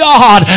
God